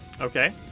Okay